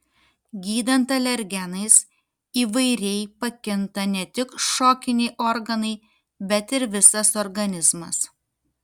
gydant alergenais įvairiai pakinta ne tik šokiniai organai bet ir visas organizmas